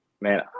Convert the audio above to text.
man